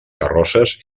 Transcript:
carrosses